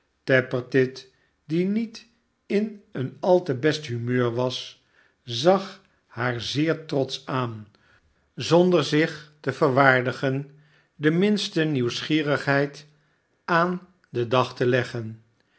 simon tappertit die niet in een al te best humeur was zag haar zeer trotsch aan zonder zich te verwaardigen de minste nieuwsgierigheid aan den dag te leggen